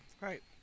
Right